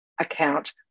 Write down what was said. account